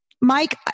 Mike